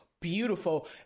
beautiful